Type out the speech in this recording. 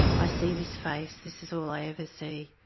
i see this face, this is all i ever see'.